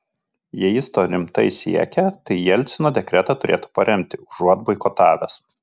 jei jis to rimtai siekia tai jelcino dekretą turėtų paremti užuot boikotavęs